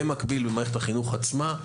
במקביל, במערכת החינוך עצמה,